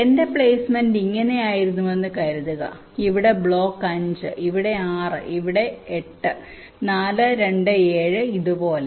എന്റെ പ്ലേസ്മെന്റ് ഇങ്ങനെയായിരുന്നുവെന്ന് കരുതുക ഇവിടെ ബ്ലോക്ക് 5 ഇവിടെ 6 ഇവിടെ 8 ഇവിടെ 4 2 7 ഇതുപോലെ